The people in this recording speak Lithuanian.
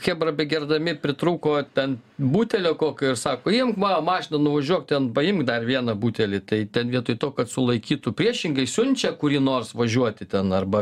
chebra begerdami pritrūko ten butelio kokio ir sako imk ma mašiną nuvažiuok ten paimk dar vieną butelį tai ten vietoj to kad sulaikytų priešingai siunčia kurį nors važiuoti ten arba